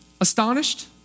astonished